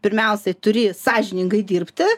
pirmiausiai turi sąžiningai dirbti